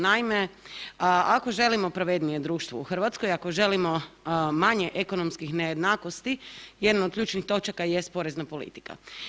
Naime, ako želimo pravednije društvo u Hrvatskoj, ako želimo manje ekonomskih nejednakosti, jedna od ključnih točaka jest porezna politika.